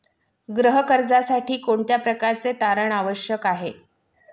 गृह कर्जासाठी कोणत्या प्रकारचे तारण आवश्यक आहे?